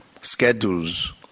schedules